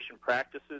practices